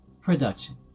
production